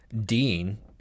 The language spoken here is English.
Dean